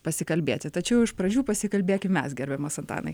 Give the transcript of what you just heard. pasikalbėti tačiau iš pradžių pasikalbėkim mes gerbiamas antanai